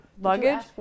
luggage